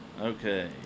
Okay